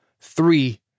Three